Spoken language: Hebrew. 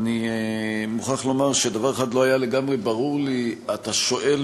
אני מוכרח לומר שדבר אחד לא היה לגמרי ברור לי: אתה שואל